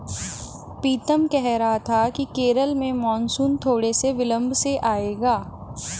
पीतम कह रहा था कि केरल में मॉनसून थोड़े से विलंब से आएगा